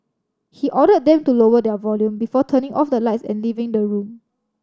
he ordered them to lower their volume before turning off the lights and leaving the room